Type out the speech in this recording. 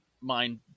mind